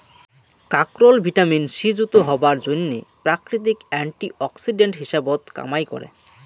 কাকরোল vitamin C যুত হবার জইন্যে প্রাকৃতিক অ্যান্টি অক্সিডেন্ট হিসাবত কামাই করে